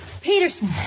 Peterson